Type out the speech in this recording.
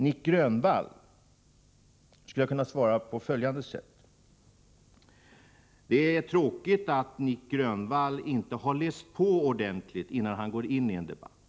Nic Grönvall skulle jag kunna svara på följande sätt: Det är tråkigt att Nic Grönvall inte har läst på ordentligt innan han går in i en debatt.